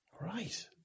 Right